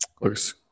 Looks